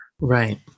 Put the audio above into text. right